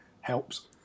helps